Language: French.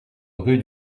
rue